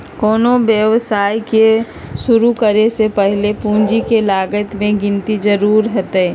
कोनो व्यवसाय के शुरु करे से पहीले पूंजी के लागत के गिन्ती जरूरी हइ